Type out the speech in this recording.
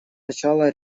начала